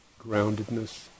groundedness